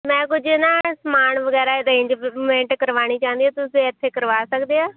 ਮੈਂ ਕੁਝ ਨਾ ਸਮਾਨ ਵਗੈਰਾ ਆਰੇਂਜਮੈਂਟ ਕਰਵਾਣੀ ਚਾਹੁੰਦੀ ਹਾਂ ਤੁਸੀਂ ਇੱਥੇ ਕਰਵਾ ਸਕਦੇ ਆ